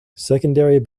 secondary